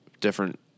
different